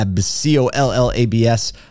c-o-l-l-a-b-s